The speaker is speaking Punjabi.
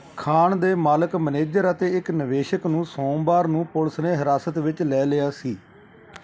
ਖਾਣ ਦੇ ਮਾਲਕ ਮੈਨੇਜਰ ਅਤੇ ਇੱਕ ਨਿਵੇਸ਼ਕ ਨੂੰ ਸੋਮਵਾਰ ਨੂੰ ਪੁਲਿਸ ਨੇ ਹਿਰਾਸਤ ਵਿੱਚ ਲੈ ਲਿਆ ਸੀ